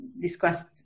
discussed